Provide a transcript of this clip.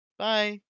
Bye